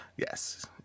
Yes